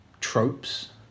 tropes